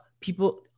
people